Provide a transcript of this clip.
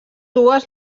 dues